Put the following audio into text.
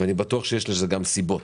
ואני בטוח שיש לזה סיבות.